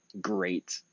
great